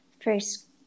first